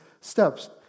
steps